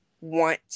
want